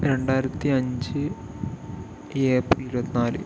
രണ്ടായിരത്തി അഞ്ച് ഏപ്രിൽ ഇരുപത്തി നാല്